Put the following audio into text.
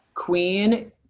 Queen